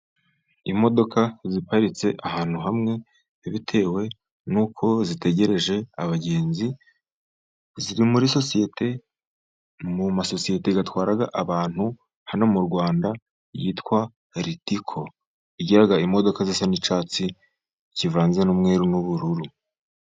Imodoka ziparitse ahantu hamwe bitewe n'uko zitegereje abagenzi ziri muri sosiyete, mu masosiyete atwara abantu hano mu rwanda yitwa ritiko igira imodoka zisa n'icyatsi zivanze n'umweru n'ubururu.